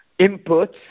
inputs